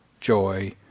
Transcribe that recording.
joy